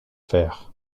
fer